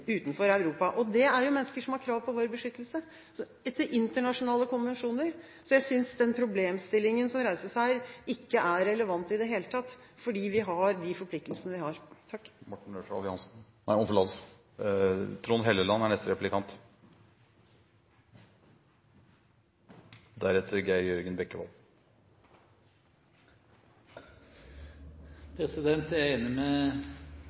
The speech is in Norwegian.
mennesker som har krav på vår beskyttelse etter internasjonale konvensjoner. Så jeg synes den problemstillingen som reises her, ikke er relevant i det hele tatt, fordi vi har de forpliktelsene vi har.